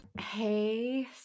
Hey